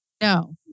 No